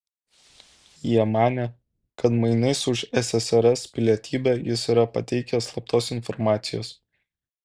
jie manė kad mainais už ssrs pilietybę jis yra pateikęs slaptos informacijos